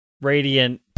Radiant